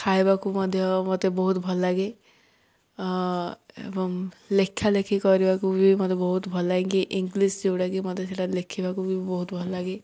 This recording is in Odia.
ଖାଇବାକୁ ମଧ୍ୟ ମୋତେ ବହୁତ ଭଲଲାଗେ ଏବଂ ଲେଖାଲେଖି କରିବାକୁ ବି ମୋତେ ବହୁତ ଭଲ ଲାଗେ କି ଇଂଲିଶ ଯେଉଁଟାକି ମୋତେ ସେଇଟା ଲେଖିବାକୁ ବି ବହୁତ ଭଲଲାଗେ